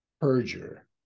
perjure